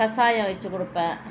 கசாயம் வச்சு கொடுப்பேன்